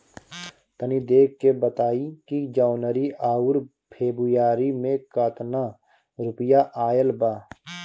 तनी देख के बताई कि जौनरी आउर फेबुयारी में कातना रुपिया आएल बा?